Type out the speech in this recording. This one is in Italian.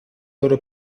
loro